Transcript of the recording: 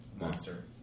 monster